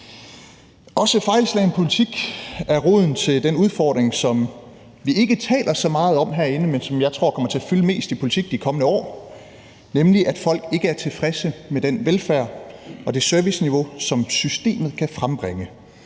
Også fejlslagen politik er roden til den udfordring, som vi ikke taler så meget om herinde, men som jeg tror kommer til at fylde mest i politik i de kommende år, nemlig at folk ikke er tilfredse med den velfærd og det serviceniveau, som systemet kan frembringe.